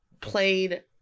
played